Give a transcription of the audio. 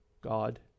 God